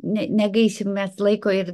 ne negaišim mes laiko ir